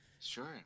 Sure